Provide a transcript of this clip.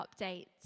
updates